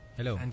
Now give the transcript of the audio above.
Hello